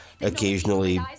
occasionally